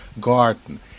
garden